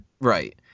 Right